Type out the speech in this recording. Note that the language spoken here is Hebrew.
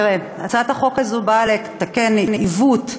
תראה, הצעת החוק הזאת באה לתקן עיוות,